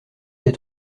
des